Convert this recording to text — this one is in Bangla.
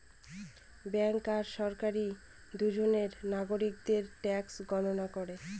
ব্যাঙ্ক আর সরকারি দুজনে নাগরিকদের ট্যাক্সের গণনা করে